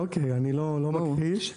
אני לא מכחיש.